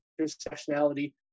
intersectionality